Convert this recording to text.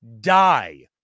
die